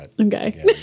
okay